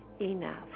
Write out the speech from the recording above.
enough